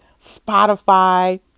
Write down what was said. Spotify